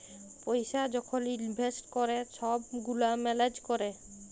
পইসা যখল ইলভেস্ট ক্যরে ছব গুলা ম্যালেজ ক্যরে